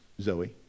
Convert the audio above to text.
Zoe